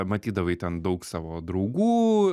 matydavai ten daug savo draugų